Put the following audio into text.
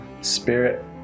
spirit